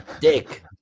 dick